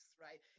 right